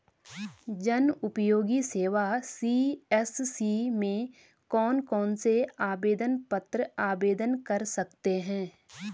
जनउपयोगी सेवा सी.एस.सी में कौन कौनसे आवेदन पत्र आवेदन कर सकते हैं?